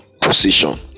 position